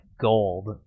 gold